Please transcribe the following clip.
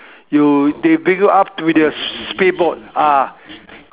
you they bring you up with your speed boat ah